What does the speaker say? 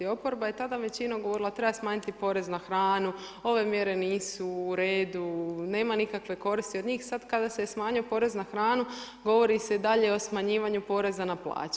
Oporaba je tada većinom govorila, treba smanjiti porez na hranu, ove mjere nisu u redu, nema nikakve koristi od njih, sada kada se je smanjio porez na hranu, govori se i dalje o smanjivanju poreza na plaće.